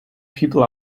people